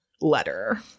letter